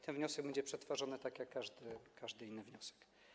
Ten wniosek będzie przetworzony tak jak każdy inny wniosek.